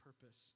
purpose